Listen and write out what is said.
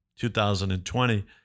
2020